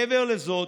מעבר לזאת,